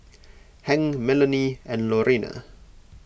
Hank Melonie and Lorena